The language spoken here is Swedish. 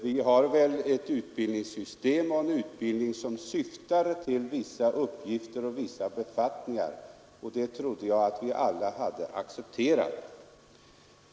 Vi har väl ett utbildningssystem och en utbildning som syftar till att ge kompetens för vissa uppgifter och vissa befattningar, och det trodde jag att vi alla hade accepterat.